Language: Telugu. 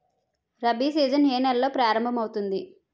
రబి సీజన్ ఏ నెలలో ప్రారంభమౌతుంది?